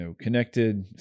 connected